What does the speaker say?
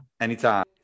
Anytime